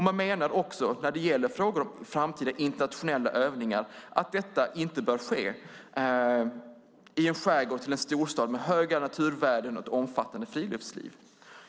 Man menar också när det gäller frågor om framtida internationella övningar att detta inte bör ske i en skärgård till en storstad med höga naturvärden och ett omfattande friluftsliv.